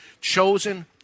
chosen